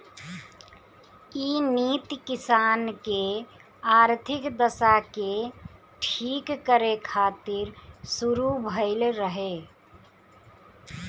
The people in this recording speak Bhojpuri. इ नीति किसान के आर्थिक दशा के ठीक करे खातिर शुरू भइल रहे